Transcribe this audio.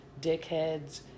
dickheads